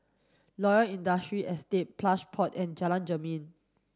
Loyang Industrial Estate Plush Pod and Jalan Jermin